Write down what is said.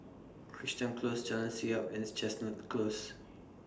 Crichton Close Jalan Siap and Chestnut Close